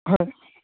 হয়